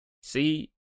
see